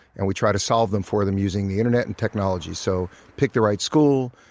and we try to solve them for them using the internet and technology. so pick the right school,